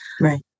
Right